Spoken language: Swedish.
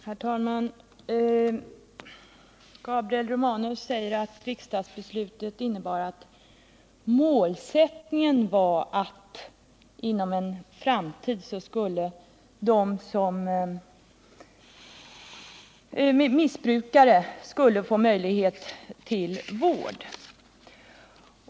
Herr talman! Gabriel Romanus sade att riksdagsbeslutet innebar målsättningen att missbrukare i en framtid skulle få möjlighet till vård inom den allmänna sjukvården.